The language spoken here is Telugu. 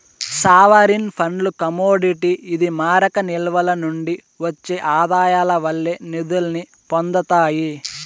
సావరీన్ ఫండ్లు కమోడిటీ ఇది మారక నిల్వల నుండి ఒచ్చే ఆదాయాల వల్లే నిదుల్ని పొందతాయి